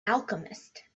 alchemist